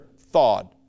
thawed